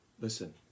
Listen